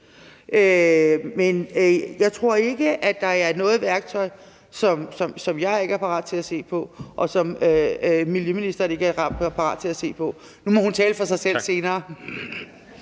Men jeg tror ikke, at der er noget værktøj, som jeg ikke er parat til at se på, og som miljøministeren ikke er parat til at se på. Nu må hun tale for sig selv senere